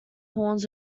horns